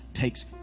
takes